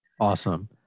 Awesome